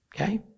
Okay